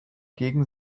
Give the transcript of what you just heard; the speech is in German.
gegen